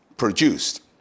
produced